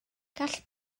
gall